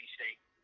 State